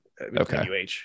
okay